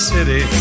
City